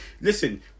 listen